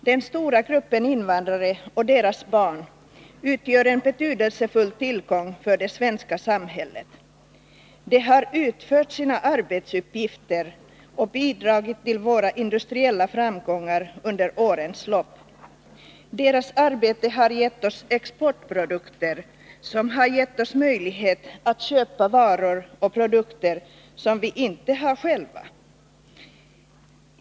Den stora gruppen invandrare och deras barn utgör en betydelsefull tillgång för det svenska samhället. De har utfört sina arbetsuppgifter och bidragit till våra industriella framgångar under årens lopp, deras arbete har försett oss med exportprodukter som har gett oss möjlighet att köpa varor och produkter som vi inte har själva.